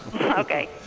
Okay